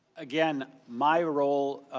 again, my role,